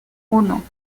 uno